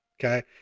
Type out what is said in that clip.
Okay